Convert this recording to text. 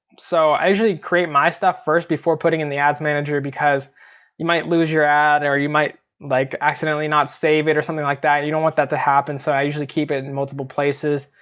so i usually create my stuff first, before putting in the ads manager because you might lose your ad or you might like accidentally not save it or something like that. you don't want that to happen, so i usually keep it in multiple places.